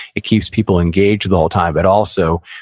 it keeps people engaged the whole time, but also,